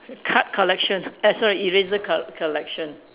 card collection eh sorry eraser col~ collection